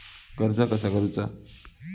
कर्ज कसा करूचा?